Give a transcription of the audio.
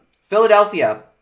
Philadelphia